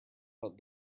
but